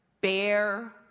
Bear